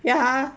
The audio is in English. ya